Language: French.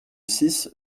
six